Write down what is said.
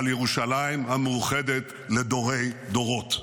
על ירושלים המאוחדת לדורי דורות.